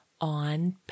on